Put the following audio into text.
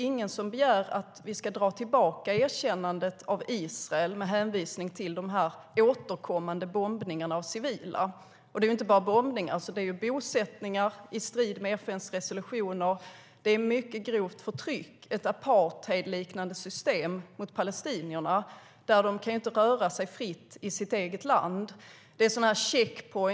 Ingen begär att vi ska dra tillbaka erkännandet av Israel med hänvisning till de återkommande bombningarna av civila. Det är inte bara bombningar. Det är bosättningar i strid med FN:s resolutioner. Det är ett mycket grovt förtryck med ett apartheidliknande system mot palestinierna. De kan inte röra sig fritt i sitt eget land.